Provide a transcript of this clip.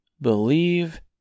believe